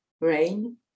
rain